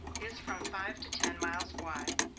is from five to ten miles wide,